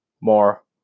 more